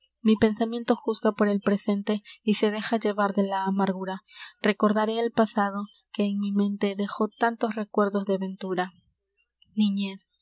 mi pensamiento juzga por el presente y se deja llevar de la amargura recordaré el pasado que en mi mente dejó tántos recuerdos de ventura niñez